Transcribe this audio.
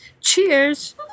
Cheers